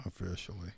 officially